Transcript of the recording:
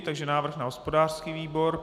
Takže návrh na hospodářský výbor.